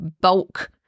bulk